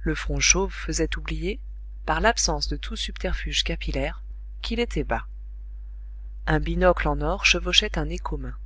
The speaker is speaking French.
le front chauve faisait oublier par l'absence de tout subterfuge capillaire qu'il était bas un binocle en or chevauchait un nez commun